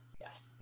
yes